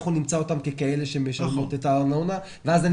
אנחנו נמצא אותן ככאלה שמשלמות את הארנונה ואז אני